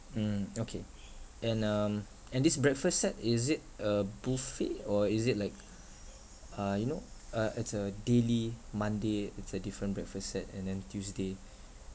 mm okay and um and this breakfast set is it a buffet or is it like uh you know uh it's a daily monday it's a different breakfast set and then tuesday